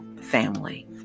family